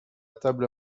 table